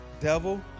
devil